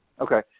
Okay